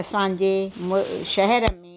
असांजे मु शहर में